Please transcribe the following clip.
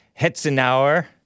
Hetzenauer